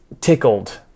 tickled